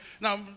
Now